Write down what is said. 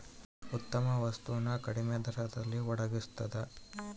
ಉತ್ತಮ ವಸ್ತು ನ ಕಡಿಮೆ ದರದಲ್ಲಿ ಒಡಗಿಸ್ತಾದ